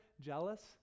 jealous